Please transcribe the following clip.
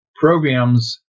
programs